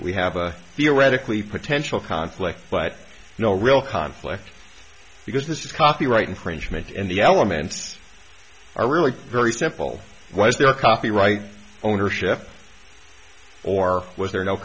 we have a theoretically potential conflict but no real conflict because this is copyright infringement and the elements are really very simple was there copyright ownership or was there no